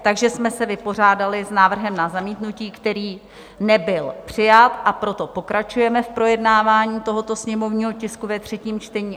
Takže jsme se vypořádali s návrhem na zamítnutí, který nebyl přijat, a proto pokračujeme v projednávání tohoto sněmovního tisku ve třetím čtení.